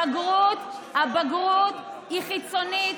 הבגרויות החיצוניות.